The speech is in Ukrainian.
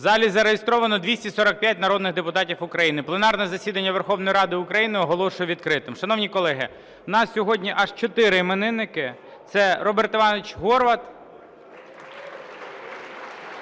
У залі зареєстровано 245 народних депутатів України. Пленарне засідання Верховної Ради України оголошую відкритим. Шановні колеги, у нас сьогодні аж чотири іменинники: це Роберт Іванович Горват